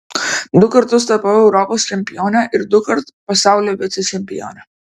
du kartus tapau europos čempione ir dukart pasaulio vicečempione